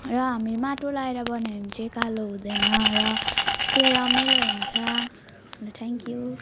र हामी माटो लगाएर बनायो भने चाहिँ कालो हुँदैन र यस्तै रमाइलो हुन्छ थ्याङ्क्यु